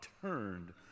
turned